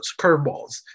curveballs